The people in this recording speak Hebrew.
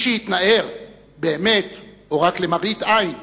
מי שהתנער, באמת או רק למראית עין,